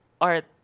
art